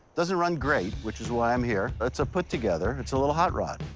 doesn't run great, which is why i'm here. it's a put-together. it's a little hot rod.